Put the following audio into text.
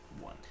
One